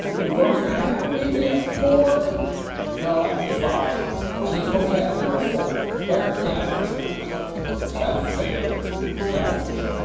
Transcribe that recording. the roast ham maybe at four no that would be five and the croquette at number four but definitely definitely definitely